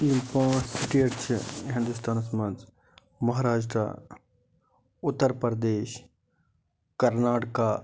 یِم پانٛژھ سِٹیٹ چھِ ہندوستانس منٛز مہراشٹرا اُتر پردیش کرناٹکا